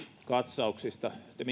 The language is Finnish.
katsauksista te